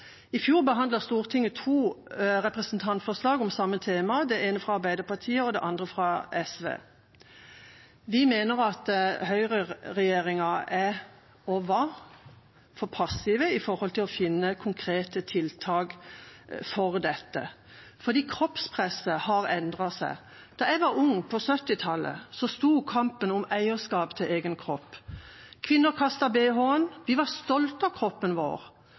I fjor behandlet Stortinget to representantforslag om samme tema, det ene fra Arbeiderpartiet og det andre fra SV. Vi mener høyreregjeringen er, og var, for passive når det gjelder å finne konkrete tiltak for dette, for kroppspresset har endret seg. Da jeg var ung, på 1970-tallet, sto kampen om eierskap til egen kropp. Kvinner kastet bh-en, vi var stolte av kroppen vår.